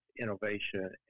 innovation